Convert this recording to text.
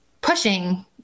pushing